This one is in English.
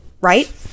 right